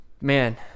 Man